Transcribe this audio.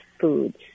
foods